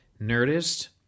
Nerdist